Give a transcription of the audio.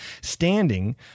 standing